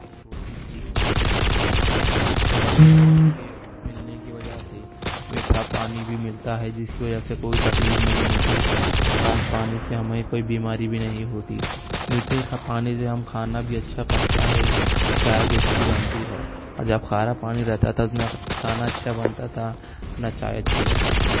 تکلیف ہوتی تھی اور آج مجھ کو نل کے ملنے کے وجہ سے میٹھا پانی بھی ملتا ہے جس کی وجہ سے کوئی تکلیف نہیں ہوتی اور صاف پانی سے ہمیں کوئی بیماری بھی نہیں ہوتی میٹھے کھا پانی سے کھانا بھی اچھا پکتا ہے چائے بھی اچھی بنتی ہے اور جب کھارا پانی رہتا تھا نہ کھانا اچھا بنتا تھا نہ چائے اچھی بنتی تھی